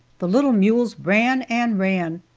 the little mules ran and ran,